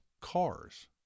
cars